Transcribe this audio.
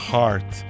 Heart